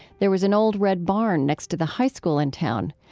there was an old, red barn next to the high school in town.